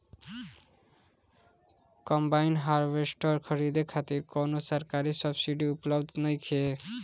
Combine harvester खरीदे खातिर कउनो सरकारी सब्सीडी उपलब्ध नइखे?